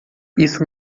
isso